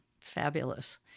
fabulous